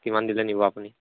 কিমান দিলে নিব আপুনি